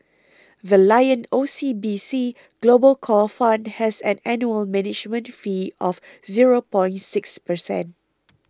the Lion O C B C Global Core Fund has an annual management fee of zero point six percent